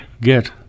get